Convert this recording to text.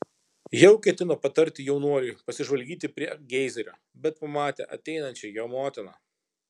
jau ketino patarti jaunuoliui pasižvalgyti prie geizerio bet pamatė ateinančią jo motiną